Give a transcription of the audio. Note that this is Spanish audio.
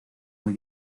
muy